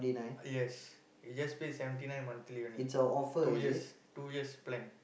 yes you just pay seventy nine monthly only two years two years plan